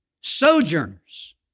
sojourners